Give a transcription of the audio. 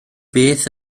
beth